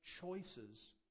choices